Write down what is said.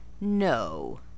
No